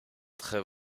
très